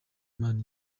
imana